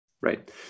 right